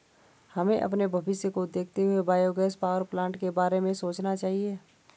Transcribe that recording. हमें अपने भविष्य को देखते हुए बायोगैस पावरप्लांट के बारे में सोचना चाहिए